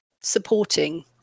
supporting